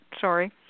sorry